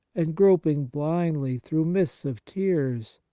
and groping blindly through mists of tears,